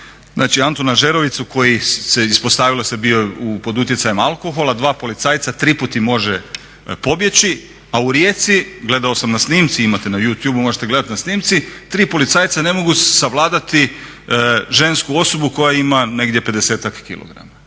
dakle Antuna Žeravicu koji se ispostavio je bio pod utjecajem alkohola, dva policajca, tri put im može pobjeći, a u Rijeci gledao sam na snimci imate na youtubu možete gledati na snimci, tri policajca ne mogu savladati žensku osobu koja ima negdje